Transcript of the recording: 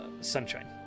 sunshine